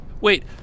Wait